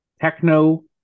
Techno